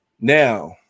Now